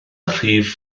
rhif